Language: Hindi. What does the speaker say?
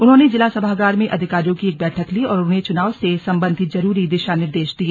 उन्होंने जिला सभागार में अधिकारियों की एक बैठक ली और उन्हें चुनाव से संबंधित जरूरी दिशा निर्देश दिए